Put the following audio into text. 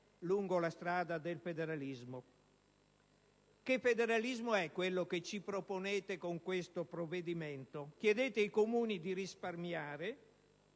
lungo la strada del federalismo. Che federalismo è quello che ci proponete con questo provvedimento? Chiedete ai Comuni di risparmiare